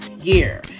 year